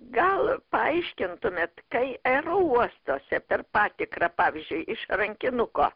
gal paaiškintumėt kai aerouostuose per patikrą pavyzdžiui iš rankinuko